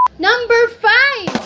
number five?